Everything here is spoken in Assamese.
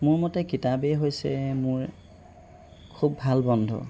মোৰ মতে কিতাপেই হৈছে মোৰ খুব ভাল বন্ধু